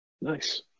Nice